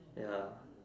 ya